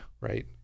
right